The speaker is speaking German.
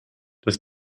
das